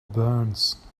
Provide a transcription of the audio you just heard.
burns